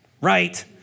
right